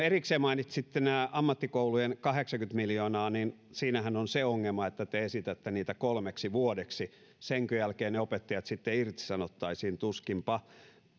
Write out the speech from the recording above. erikseen mainitsitte nämä ammattikoulujen kahdeksankymmentä miljoonaa niin siinähän on se ongelma että te esitätte niitä kolmeksi vuodeksi senkö jälkeen ne opettajat sitten irtisanottaisiin tuskinpa